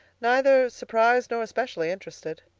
neither surprised nor especially interested.